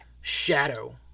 shadow